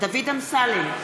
דוד אמסלם,